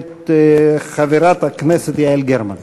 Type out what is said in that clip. חברת הכנסת יעל גרמן.